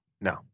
No